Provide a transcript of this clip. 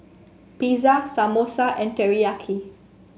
Pizza Samosa and Teriyaki